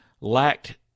lacked